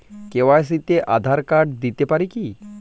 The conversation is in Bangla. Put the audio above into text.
কে.ওয়াই.সি তে আঁধার কার্ড দিতে পারি কি?